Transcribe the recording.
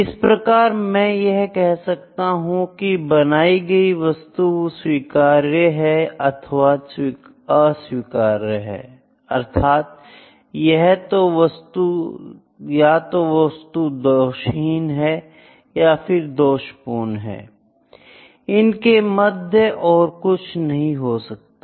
इसी प्रकार मैं यह कह सकता हूं की बनाई गई वस्तु स्वीकार्य है अथवा अस्वीकार्य है अर्थात यह तो वस्तु दोष हीन है या दोषपूर्ण है इनके मध्य और कुछ नहीं हो सकता